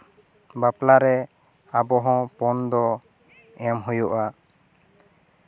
ᱵᱟᱯᱞᱟ ᱨᱮ ᱟᱵᱚ ᱦᱚᱸ ᱯᱚᱱ ᱫᱚ ᱮᱢ ᱦᱩᱭᱩᱜᱼᱟ